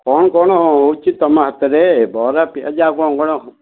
କ'ଣ କ'ଣ ହେଉଛି ତୁମ ହାତରେ ବରା ପିଆଜି ଆଉ କ'ଣ କ'ଣ